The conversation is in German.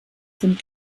sind